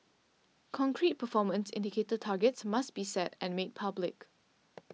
concrete performance indicator targets must be set and made public